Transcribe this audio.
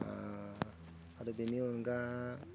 आरो बेनि अनगायै